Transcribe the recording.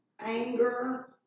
anger